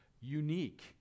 unique